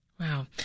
Wow